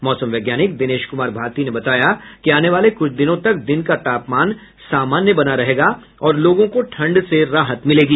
मौसम वैज्ञानिक दिनेश कुमार भारती ने बताया कि आने वाले कुछ दिनों तक दिन का तापमान सामान्य बना रहेगा और लोगों को ठंड से राहत रहेगी